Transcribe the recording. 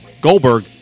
Goldberg